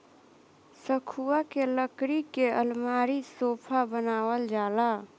सखुआ के लकड़ी के अलमारी, सोफा बनावल जाला